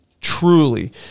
truly